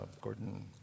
Gordon